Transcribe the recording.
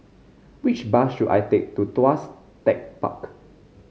which bus should I take to Tuas Tech Park